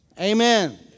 Amen